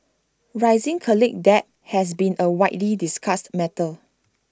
rising college debt has been A widely discussed matter